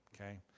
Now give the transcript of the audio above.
Okay